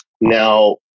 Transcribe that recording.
Now